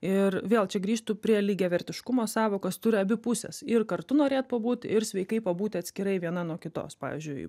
ir vėl čia grįžtu prie lygiavertiškumo sąvokos turi abi pusės ir kartu norėt pabūt ir sveikai pabūti atskirai viena nuo kitos pavyzdžiui